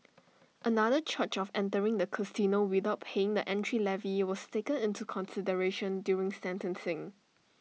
another charge of entering the casino without paying the entry levy was taken into consideration during sentencing